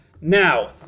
Now